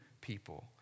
people